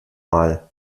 mal